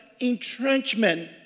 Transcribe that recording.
entrenchment